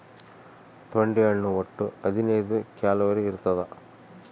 ತೊಂಡೆ ಹಣ್ಣು ಒಟ್ಟು ಹದಿನೈದು ಕ್ಯಾಲೋರಿ ಇರ್ತಾದ